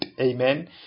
amen